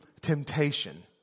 temptation